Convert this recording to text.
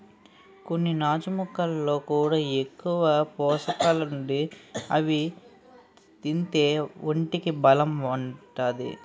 కొన్ని నాచు మొక్కల్లో కూడా ఎక్కువ పోసకాలుండి అవి తింతే ఒంటికి బలం ఒత్తాది